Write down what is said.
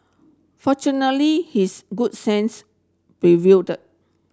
fortunately his good sense prevailed